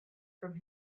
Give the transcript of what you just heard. from